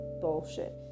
bullshit